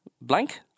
Blank